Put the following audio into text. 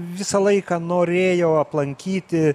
visą laiką norėjau aplankyti